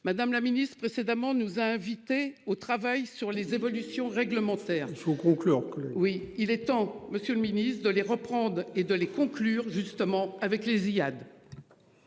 madame la Ministre, précédemment nous a invités au travail sur les évolutions réglementaires faut gros. Oui, il est temps Monsieur le Ministre, de les reprendre et de les conclure justement avec les